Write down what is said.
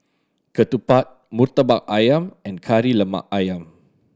ketupat Murtabak Ayam and Kari Lemak Ayam